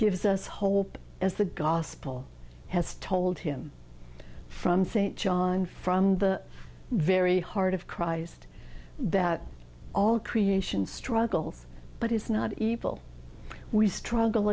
gives us hope as the gospel has told him from st john from the very heart of christ that all creation struggles but is not evil we struggle